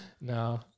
No